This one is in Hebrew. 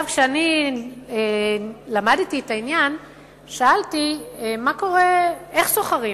כשלמדתי את העניין שאלתי איך סוחרים.